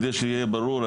כדי שיהיה ברור,